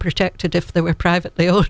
protected if they were privately owned